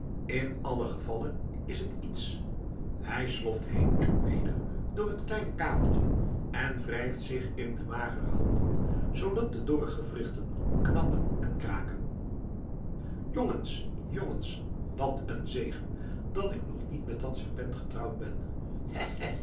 in allen gevalle is het iets hij sloft heen en weder door het kleine kamertje en wrijft zich in de magere handen zoodat de dorre gewrichten knappen en kraken jongens jongens wat een zegen dat ik nog niet met dat serpent getrouwd ben